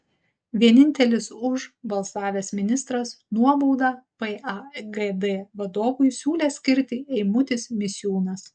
vienintelis už balsavęs ministras nuobaudą pagd vadovui siūlęs skirti eimutis misiūnas